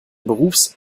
berufs